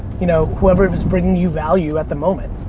you know, whoever is bringing you value at the moment.